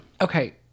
Okay